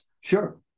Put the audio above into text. sure